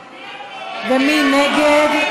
מי נגד?